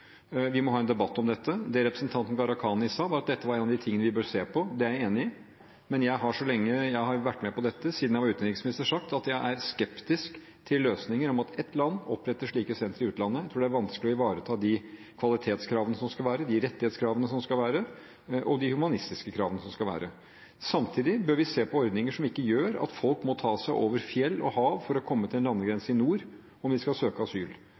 vi må ha en debatt om dette. Det representanten Gharahkhani sa, var at dette var en av de tingene som vi bør se på. Det er jeg enig. Men jeg har, så lenge jeg har vært med på dette, siden jeg var utenriksminister, sagt at jeg er skeptisk til løsninger om at ett land oppretter slike sentre i utlandet. Jeg tror det er vanskelig å ivareta de kvalitetskravene som skal være, de rettighetskravene som skal være, og de humanistiske kravene som skal være. Samtidig bør vi se på ordninger som gjør at folk ikke må ta seg over fjell og hav for å komme til en landegrense i nord om de skal søke asyl.